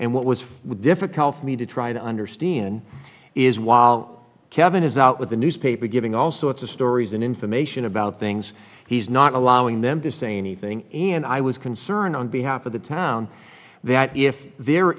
and what was with difficult for me to try to understand is while kevin is out with the newspaper giving all sorts of stories and information about things he's not allowing them to say anything and i was concerned on behalf of the town that if there